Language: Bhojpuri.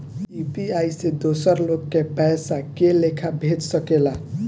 यू.पी.आई से दोसर लोग के पइसा के लेखा भेज सकेला?